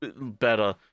better